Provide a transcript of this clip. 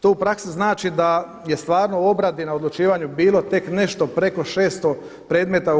To u praksi znači da je stvarno u obradi na odlučivanju bilo tek nešto preko 600 predmeta